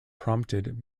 prompted